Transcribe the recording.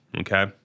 Okay